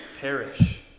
perish